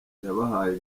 yabahaye